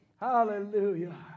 Hallelujah